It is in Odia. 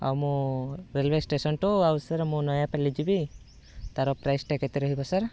ଆଉ ମୁଁ ରେଲୱେ ଷ୍ଟେସନ୍ଠୁ ଆଉ ସାର୍ ମୁଁ ନୟାପଲ୍ଲୀ ଯିବି ତାର ପ୍ରାଇସ୍ଟା କେତେ ରହିବ ସାର୍